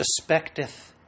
suspecteth